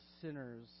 sinners